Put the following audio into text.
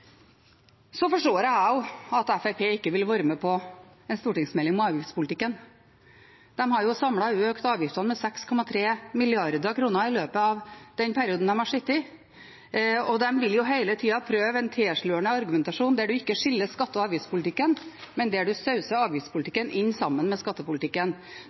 Jeg forstår at Fremskrittspartiet ikke vil være med på en stortingsmelding om avgiftspolitikken. De har samlet økt avgiftene med 6,3 mrd. kr i løpet av den perioden de har sittet, og de vil jo hele tiden prøve en tilslørende argumentasjon der de ikke skiller skatte- og avgiftspolitikken, men sauser avgiftspolitikken sammen med skattepolitikken.